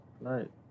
Right